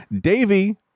Davy